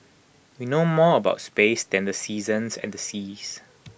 we know more about space than the seasons and the seas